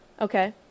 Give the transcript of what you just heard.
Okay